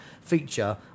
Feature